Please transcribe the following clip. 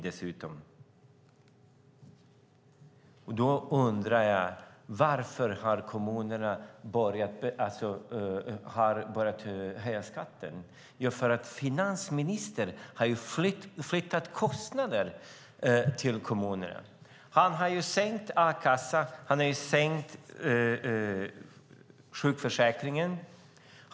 Jag undrar: Varför har kommunerna börjat höja skatten? Jo, därför att finansministern har flyttat kostnader till kommunerna. Han har sänkt a-kassan, och han har sänkt sjukförsäkringen.